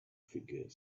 figure